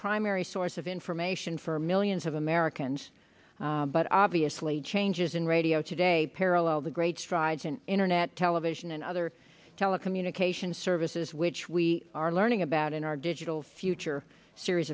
primary source of information for millions of americans but obviously changes in radio today paralleled the great strides in internet television and other telecommunications services which we are learning about in our digital future series